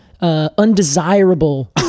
undesirable